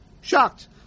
shocked